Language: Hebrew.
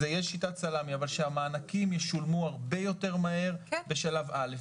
זה יהיה שיטת סלמי אבל שהמענקים ישולמו הרבה יותר מהר בשלב א',